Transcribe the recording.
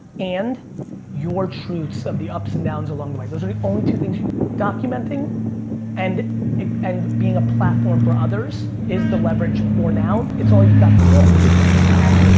and your truths of the ups and downs along the way. those are the only two things. documenting and and being a platform for others is the leverage for now. it's all you've got to give. ah